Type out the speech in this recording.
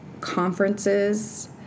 conferences